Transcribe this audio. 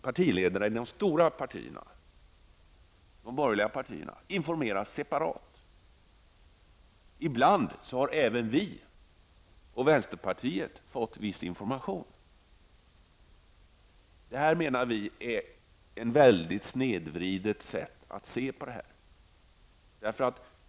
Partiledarna i de stora partierna, de borgerliga partierna, har informerats separat, och ibland har även vi i miljöpartiet och vänsterpartiet fått viss information. Vi menar att detta är ett mycket snedvridet sätt att ge information.